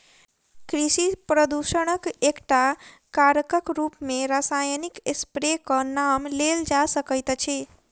कृषि प्रदूषणक एकटा कारकक रूप मे रासायनिक स्प्रेक नाम लेल जा सकैत अछि